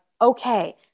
okay